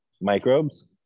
microbes